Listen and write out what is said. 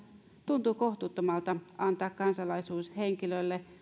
tuntuu kohtuuttomalta antaa kansalaisuus henkilölle